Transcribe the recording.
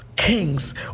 Kings